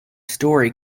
story